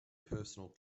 personal